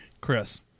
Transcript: Chris